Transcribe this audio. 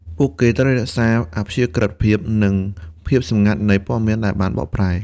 ពួកគេត្រូវរក្សាអព្យាក្រឹតភាព និងភាពសម្ងាត់នៃព័ត៌មានដែលបានបកប្រែ។